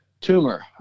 tumor